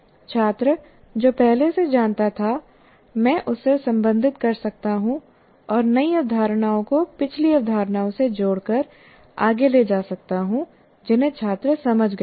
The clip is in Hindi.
छात्र जो पहले से जानता था मैं उससे संबंधित कर सकता हूं और नई अवधारणाओं को पिछली अवधारणाओं से जोड़कर आगे ले जा सकता हूं जिन्हें छात्र समझ गए थे